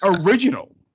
original